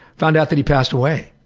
found out that he passed away.